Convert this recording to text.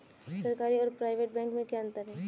सरकारी और private bank में क्या अंतर है?